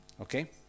Okay